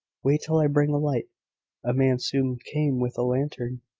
wait till i bring a light a man soon came with a lantern,